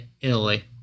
Italy